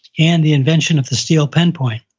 and the invention of the steel pen point.